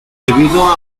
debido